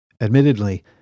Admittedly